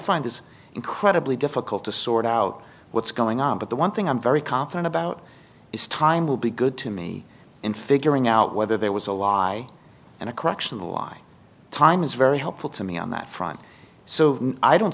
find this incredibly difficult to sort out what's going on but the one thing i'm very confident about is time will be good to me in figuring out whether there was a lie and a correction the lie time is very helpful to me on that front so i don't